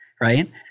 right